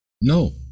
No